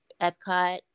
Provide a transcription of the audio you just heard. Epcot